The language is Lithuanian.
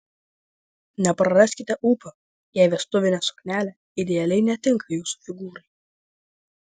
nepraraskite ūpo jei vestuvinė suknelė idealiai netinka jūsų figūrai